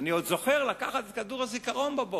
אני עוד זוכר לקחת את כדור הזיכרון בבוקר.